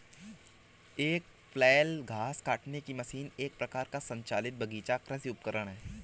एक फ्लैल घास काटने की मशीन एक प्रकार का संचालित बगीचा कृषि उपकरण है